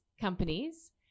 companies